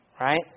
right